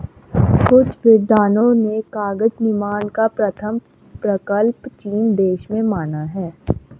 कुछ विद्वानों ने कागज निर्माण का प्रथम प्रकल्प चीन देश में माना है